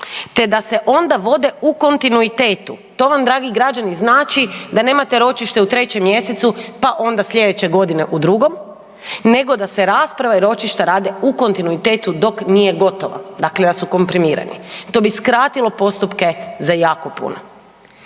te da se onda vode u kontinuitetu. To vam dragi građani znači da nemate ročište u 3. mjesecu pa onda slijedeće godine u 2. nego da se rasprave ročišta rade u kontinuitetu dok nije gotova, dakle da su komprimirani. To bi skratilo postupke za jako puno.